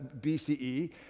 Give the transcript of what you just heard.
BCE